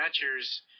catchers